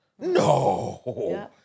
No